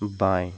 बाएँ